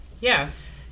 Yes